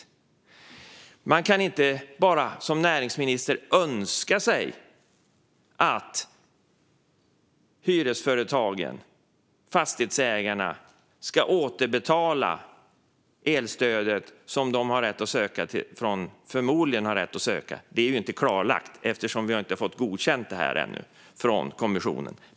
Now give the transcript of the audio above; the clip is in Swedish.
Som näringsminister kan man inte bara önska sig att hyresföretagen, alltså fastighetsägarna, ska återbetala det elstöd de förmodligen har rätt att söka - det är ju inte klarlagt om de har rätt att söka eftersom vi ännu inte har fått detta godkänt från kommissionen.